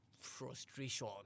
frustration